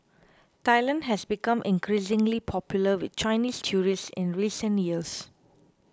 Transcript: Thailand has become increasingly popular with Chinese tourists in recent years